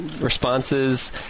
responses